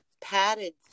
padded